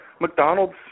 McDonald's